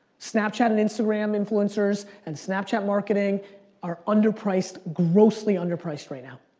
snapchat and instagram influencers and snapchat marketing are underpriced, grossly underpriced right now.